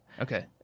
Okay